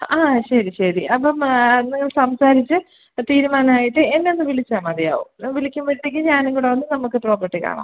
ആ ശരി ശരി അപ്പം നിങ്ങൾ സംസാരിച്ച് തീരുമാനം ആയിട്ട് എന്നെ ഒന്ന് വിളിച്ചാൽ മതിയാവും വിളിക്കുമ്പോഴത്തേക്ക് ഞാനും കൂടെ വന്ന് നമ്മൾക്ക് പ്രോപ്പർട്ടി കാണാം